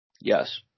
Yes